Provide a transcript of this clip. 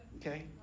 Okay